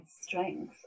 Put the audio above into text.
strength